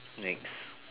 next